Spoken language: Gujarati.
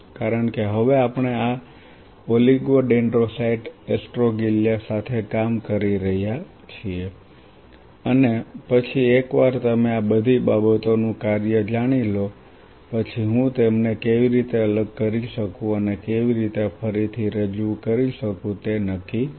કારણ કે હવે આપણે આ ઓલિગોડેન્ડ્રોસાઇટ એસ્ટ્રોગ્લિયા સાથે કામ કરી રહ્યા છીએ અને પછી એકવાર તમે આ બધી બાબતોનું કાર્ય જાણી લો પછી હું તેમને કેવી રીતે અલગ કરી શકું અને કેવી રીતે ફરીથી રજૂ કરી શકું તે નક્કી કરીશ